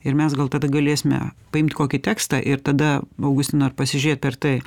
ir mes gal tada galėsime paimt kokį tekstą ir tada augustino ir pasižiūrėt per tai